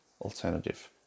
alternative